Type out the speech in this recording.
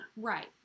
Right